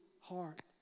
heart